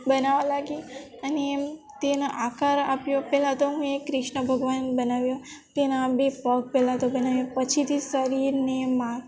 બનાવવા લાગી અને એમ તેના આકાર આપ્યો પહેલાં તો હું એ ક્રિષ્ન ભગવાન બનાવ્યા તેના બે પગ પહેલાં તો બનાવ્યા પછીથી શરીરને મા